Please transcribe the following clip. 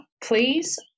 please